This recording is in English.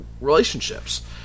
relationships